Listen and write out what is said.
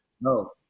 No